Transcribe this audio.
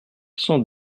cent